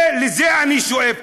לזה אני שואף,